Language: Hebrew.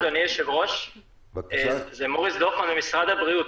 אדוני היושב-ראש, זה מוריס דורפמן ממשרד הבריאות.